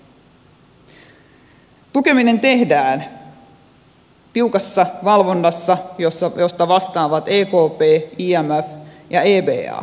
tukeminen tehdään tiukassa valvonnassa josta vastaavat ekp imf ja eba